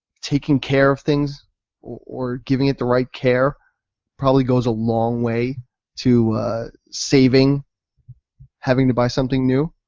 taking care of things or giving it the right care probably goes a long way to saving having to buy something new.